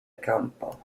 campo